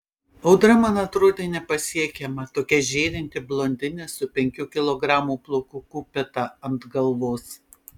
audra man atrodė nepasiekiama tokia žėrinti blondinė su penkių kilogramų plaukų kupeta ant galvos